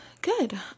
Good